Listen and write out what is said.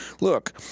look